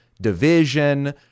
division